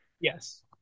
Yes